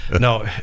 No